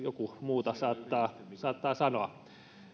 joku muuta saattaa sanoa